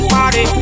Party